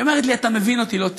היא אומרת לי: אתה מבין אותי לא טוב,